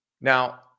Now